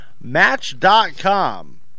Match.com